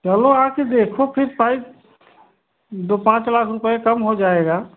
चलो आकर देखो फिर प्राइस दो पाँच लाख रुपये कम हो जाएगा